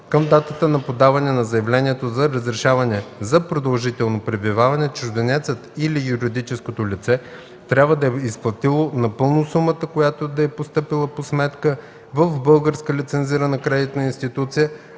към датата на подаване на заявлението за разрешение за продължително пребиваване чужденецът или юридическото лице трябва да е изплатило напълно сумата, която да е постъпила по сметка в българска лицензирана кредитна институция,